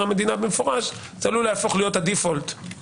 המדינה" במפורש זה עלול להפוך להיות הדיפולט.